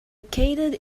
located